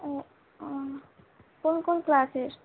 ও কোন কোন ক্লাসের